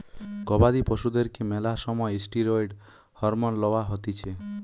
গবাদি পশুদেরকে ম্যালা সময় ষ্টিরৈড হরমোন লওয়া হতিছে